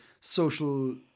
social